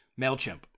MailChimp